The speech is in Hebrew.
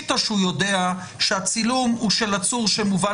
מתוך כוונה